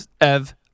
Ev